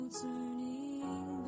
turning